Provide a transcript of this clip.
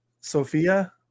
Sophia